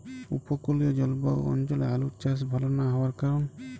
উপকূলীয় জলবায়ু অঞ্চলে আলুর চাষ ভাল না হওয়ার কারণ?